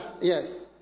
yes